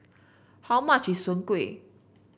how much is Soon Kueh